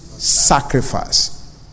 sacrifice